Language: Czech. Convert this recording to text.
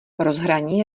rozhraní